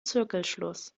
zirkelschluss